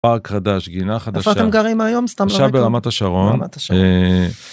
פארק חדש, גינה חדשה, איפה אתם גרים היום, סתם לרקע, עכשיו ברמת השרון.